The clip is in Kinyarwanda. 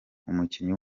umukinnyi